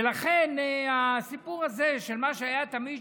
ולכן הסיפור הזה של מה שהיה תמיד,